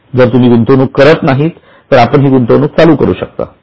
जर तुम्ही गुंतवणूक करत नाहीत तर आपण हि गुंतवणूक चालू करू शकता